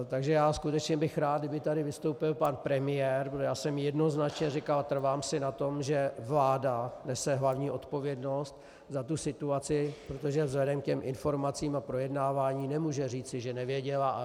Takže já skutečně bych rád, kdyby tady vystoupil pan premiér, protože já jsem jednoznačně říkal a trvám si na tom, že vláda nese hlavní odpovědnost za tu situaci, protože vzhledem k těm informacím a projednávání nemůže říci, že nevěděla.